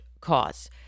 cause